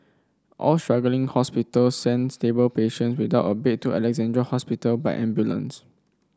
all struggling hospital send stable patient without a bed to Alexandra Hospital by ambulance